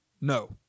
No